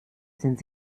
sind